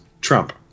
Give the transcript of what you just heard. Trump